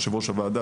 יושבת-ראש הוועדה,